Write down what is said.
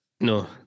No